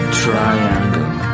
triangle